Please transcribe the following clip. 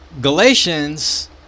Galatians